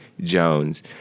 Jones